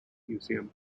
museum